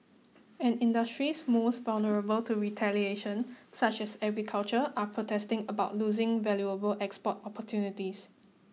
and industries most vulnerable to retaliation such as agriculture are protesting about losing valuable export opportunities